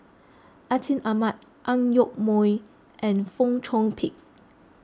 Atin Amat Ang Yoke Mooi and Fong Chong Pik